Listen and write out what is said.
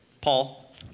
Paul